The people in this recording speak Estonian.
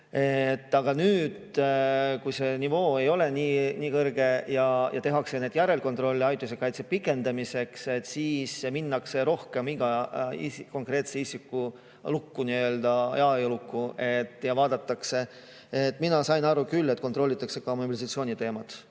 Aga nüüd, kui see nivoo ei ole nii kõrge ja tehakse järelkontrolli ajutise kaitse pikendamiseks, minnakse rohkem iga konkreetse isiku ajalukku ja vaadatakse seda. Mina sain küll nii aru, et kontrollitakse ka mobilisatsiooni teemat.